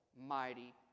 mighty